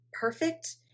perfect